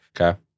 Okay